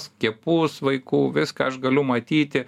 skiepus vaikų viską aš galiu matyti